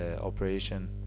operation